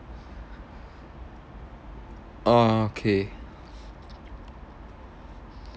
orh okay